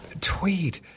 Tweed